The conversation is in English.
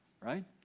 right